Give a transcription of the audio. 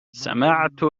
سمعت